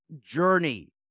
journey